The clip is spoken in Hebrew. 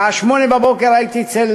בשעה 08:00 הייתי אצל